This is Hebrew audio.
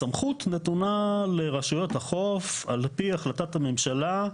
הסמכות נתונה לרשויות החוף על פי החלטת הממשלה,